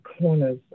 corners